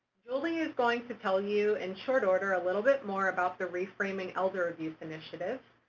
julie is going to tell you in short order a little bit more about the reframing elder abuse initiative.